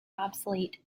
obsolete